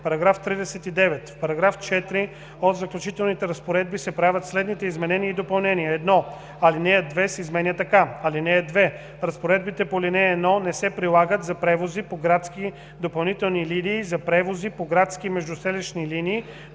§ 39: „§ 39. В § 4 от Заключителните разпоредби се правят следните изменения и допълнения: 1. Алинея 2 се изменя така: „(2) Разпоредбите по ал. 1 не се прилагат за превози по градски допълнителни линии, за превози по градски и междуселищни линии,